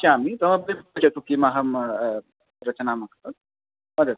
पश्यामि तमपि पृच्छतु किम् अहं रचयामि खलु वदतु